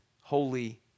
holy